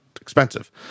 expensive